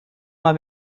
mal